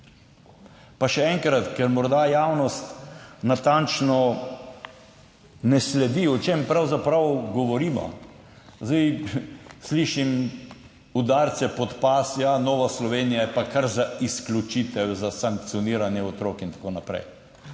Pa še enkrat, ker morda javnost ne sledi natančno, o čem pravzaprav govorimo. Zdaj slišim udarce pod pas: ja Nova Slovenija je pa kar za izključitev, za sankcioniranje otrok in tako naprej.